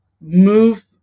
move